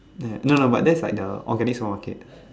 meh no no but that's like the organic supermarket